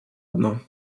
одно